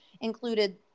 included